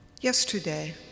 Yesterday